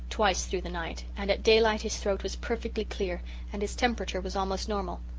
twice through the night, and at daylight his throat was perfectly clear and his temperature was almost normal.